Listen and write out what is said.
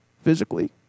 physically